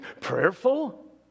Prayerful